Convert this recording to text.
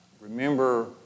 Remember